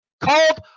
called